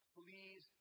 please